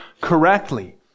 correctly